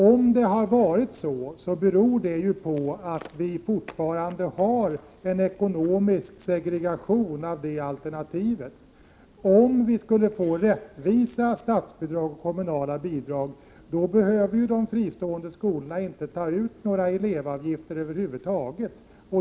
Om det är så beror det på att vi fortfarande har kvar en ekonomisk segregation. Om vi skulle få rättvisa statsbidrag och kommunala bidrag, behöver ju de fristående skolorna inte ta ut några elevavgifter över huvud taget.